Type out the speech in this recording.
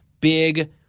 big